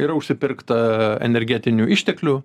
yra užsipirkta energetinių išteklių